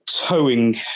towing